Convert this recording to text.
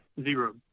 Zero